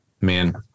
man